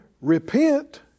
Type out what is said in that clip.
repent